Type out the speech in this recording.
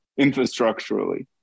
infrastructurally